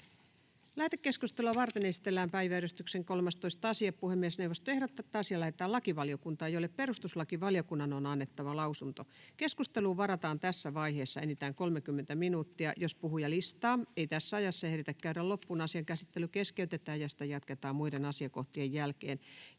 Lähetekeskustelua varten esitellään päiväjärjestyksen 13. asia. Puhemiesneuvosto ehdottaa, että asia lähetetään lakivaliokuntaan, jolle perustuslakivaliokunnan on annettava lausunto. Keskusteluun varataan tässä vaiheessa enintään 30 minuuttia. Jos puhujalistaa ei tässä ajassa ehditä käydä loppuun, asian käsittely keskeytetään ja sitä jatketaan muiden asiakohtien jälkeen.